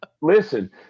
listen